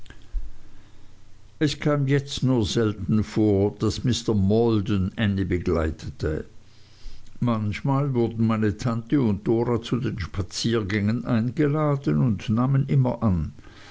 es kam jetzt nur selten vor daß mr maldon ännie begleitete manchmal wurden meine tante und dora zu den spaziergängen eingeladen und nahmen immer an